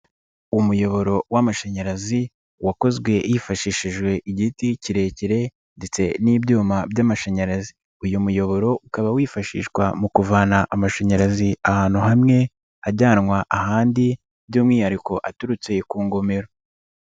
Umuyoboro w'amashanyarazi wakozwe hifashishijwe igiti kirekire ndetse n'ibyuma by'amashanyarazi, uyu muyoboro ukaba wifashishwa mu kuvana amashanyarazi ahantu hamwe ajyanwa ahandi, by'umwihariko aturutse ku ngomero.